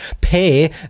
pay